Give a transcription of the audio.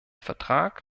vertrag